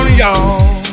y'all